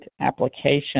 application